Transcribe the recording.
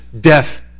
death